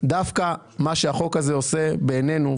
דווקא מה שהחוק הזה עושה בעינינו,